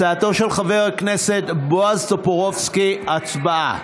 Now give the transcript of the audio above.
הצעתו של חבר הכנסת בועז טופורובסקי, הצבעה.